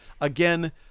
Again